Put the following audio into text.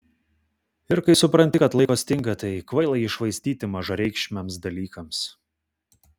ir kai supranti kad laiko stinga tai kvaila jį švaistyti mažareikšmiams dalykams